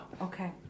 Okay